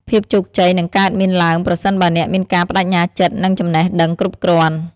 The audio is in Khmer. ភាពជោគជ័យនឹងកើតមានឡើងប្រសិនបើអ្នកមានការប្តេជ្ញាចិត្តនិងចំណេះដឹងគ្រប់គ្រាន់។